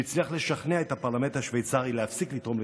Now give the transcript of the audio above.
שהצליח לשכנע את הפרלמנט השוויצרי להפסיק לתרום לאונר"א,